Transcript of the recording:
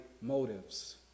motives